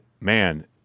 man